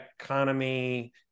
economy